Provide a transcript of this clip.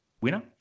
winner